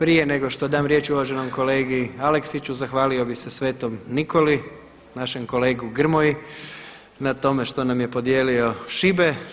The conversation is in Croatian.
Prije nego što dam riječ uvaženom kolegi Aleksiću zahvalio bih se sv. Nikoli, našem kolegi Grmoji na tome što nam je podijelio šibe.